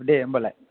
दे हेनब्लालाय